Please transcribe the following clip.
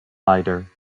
lieder